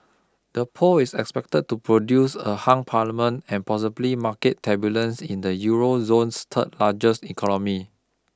the poll is expected to produce a hung parliament and possibly market turbulence in the Euro zone's third largest economy